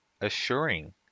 assuring